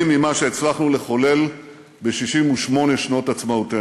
ממה שהצלחנו לחולל ב-68 שנות עצמאותנו.